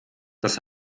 das